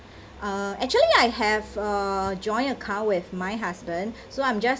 uh actually I have a joint account with my husband so I'm just